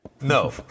No